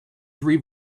three